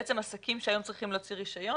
בעצם עסקים שהיום צריכים להוציא רישיון